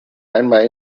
einmal